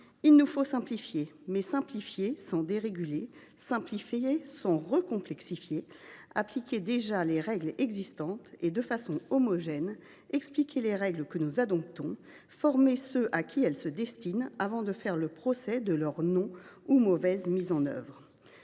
il nous faut simplifier, mais simplifier sans déréguler, simplifier sans recomplexifier, appliquer déjà les règles existantes de façon homogène, expliquer les règles que nous adoptons, former ceux à qui elles sont destinées avant de faire le procès de leur non mise en œuvre